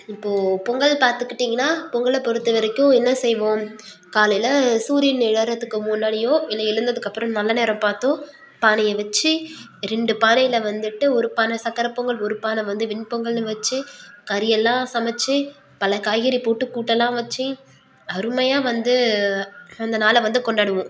இப்போது பொங்கல் பார்த்துக்கிட்டீங்கன்னா பொங்கலை பொறுத்த வரைக்கும் என்ன செய்வோம் காலையில சூரியன் எழுறதுக்கு முன்னாடியோ இல்லை எழுந்ததுக்கு அப்புறம் நல்ல நேரம் பார்த்தோ பானையை வச்சு ரெண்டு பானையில் வந்துட்டு ஒரு பானை சக்கரை பொங்கல் ஒரு பானை வந்து வெண்பொங்கல்னு வச்சு கறியெல்லாம் சமைச்சு பல காய்கறி போட்டு கூட்டெல்லாம் வச்சு அருமையாக வந்து அந்த நாளை வந்து கொண்டாடுவோம்